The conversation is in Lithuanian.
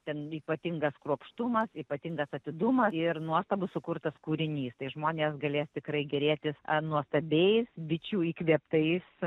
ten ypatingas kruopštumas ypatingas atidumas ir nuostabus sukurtas kūrinys tai žmonės galės tikrai gėrėtis nuostabiais bičių įkvėptais